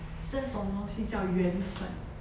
这种东西叫缘分